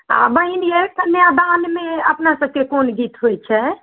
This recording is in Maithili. आ बहीन यै कन्यादानमे अपनासभके कोन गीत होइत छै